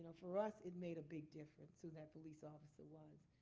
ah for us, it made a big difference who that police officer was.